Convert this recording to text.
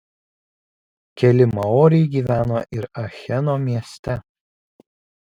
keli maoriai gyveno ir acheno mieste